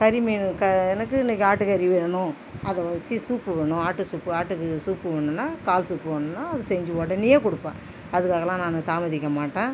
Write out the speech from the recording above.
கறி மீன் க எனக்கு இன்னைக்கி ஆட்டுக்கறி வேணும் அதை வச்சி சூப்பு வேணும் ஆட்டு சூப்பு ஆட்டுக்கு சூப்பு வேணும்னா கால் சூப்பு வேணும்னா அது செஞ்சு உடனேயே கொடுப்பேன் அதுக்காகலாம் நான் தாமதிக்க மாட்டேன்